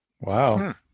Wow